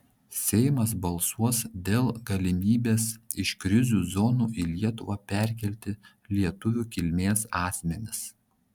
seimas balsuos dėl galimybės iš krizių zonų į lietuvą perkelti lietuvių kilmės asmenis